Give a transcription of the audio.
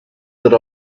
that